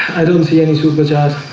i don't see any supercharged.